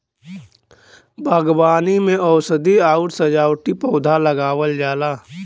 बागवानी में औषधीय आउर सजावटी पौधा लगावल जाला